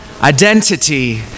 identity